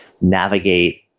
navigate